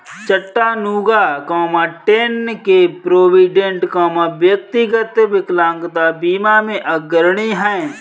Chattanooga, Tenn के Provident, व्यक्तिगत विकलांगता बीमा में अग्रणी हैं